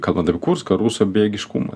kalbant apie kurską rusų bejėgiškumą